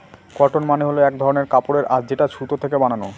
cotton মানে হল এক ধরনের কাপড়ের আঁশ যেটা সুতো থেকে বানানো